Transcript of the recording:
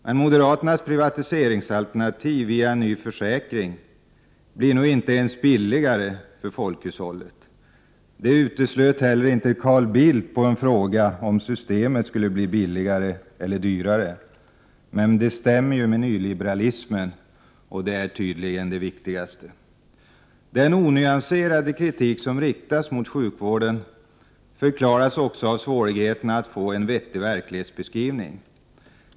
Men moderaternas privatiseringsalternativ via en ny försäkring blir nog inte ens billigare för folkhushållet. Det uteslöt heller inte Carl Bildt vid en fråga om systemet skulle bli billigare eller dyrare. Men det stämmer med nyliberalismen, och det är tydligen det viktigaste. Den onyanserade kritik som riktas mot sjukvården förklaras också av svårigheterna att få en vettig verklighetsbeskrivning.